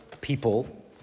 people